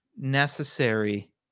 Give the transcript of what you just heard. necessary